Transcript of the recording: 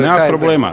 Nema problema.